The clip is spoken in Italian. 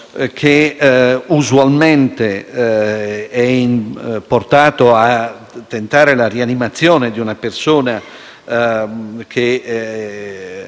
che usualmente è portato a tentare la rianimazione di una persona che